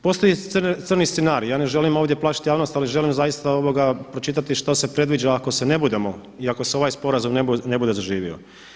Postoji crni scenarij, ja ne želim ovdje plašiti javnost ali želim zaista pročitati što se predviđa ako se ne budemo i ako ovaj sporazum ne bude zaživio.